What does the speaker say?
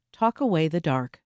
talkawaythedark